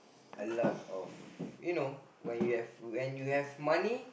a lot of you know when you have when you have money